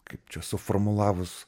kaip čia suformulavus